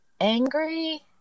angry